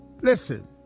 Listen